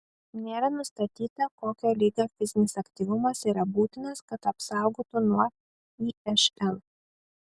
nėra nustatyta kokio lygio fizinis aktyvumas yra būtinas kad apsaugotų nuo išl